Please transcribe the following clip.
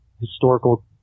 historical